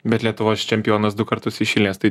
bet lietuvos čempionas du kartus iš eilės tai